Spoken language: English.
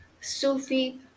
Sufi